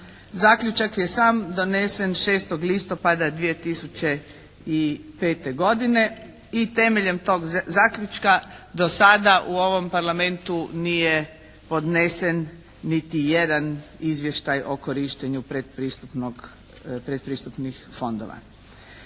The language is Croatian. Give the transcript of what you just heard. Zaključak je sam donesen 6. listopada 2005. godine. I temeljem tog zaključka do sada u ovom Parlamentu nije podnesen niti jedan izvještaj o korištenju predpristupnih fondova.